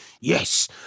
Yes